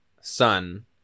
son